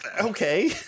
Okay